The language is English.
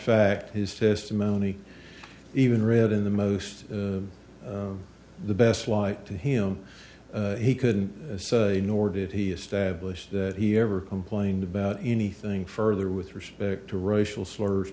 fact his testimony even read in the most the best light to him he couldn't nor did he establish that he ever complained about anything further with respect to racial slurs